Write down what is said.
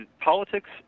politics